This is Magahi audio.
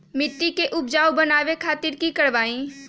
मिट्टी के उपजाऊ बनावे खातिर की करवाई?